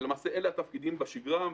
אלה התפקידים בשגרה,